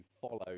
follow